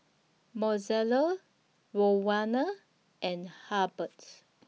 Mozelle Rowena and Hurbert